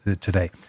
today